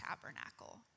tabernacle